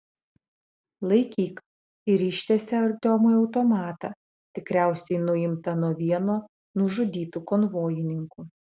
laikyk ir ištiesė artiomui automatą tikriausiai nuimtą nuo vieno nužudytų konvojininkų